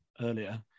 earlier